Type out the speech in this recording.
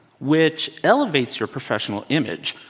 which elevates your professional image,